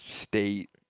state